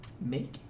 make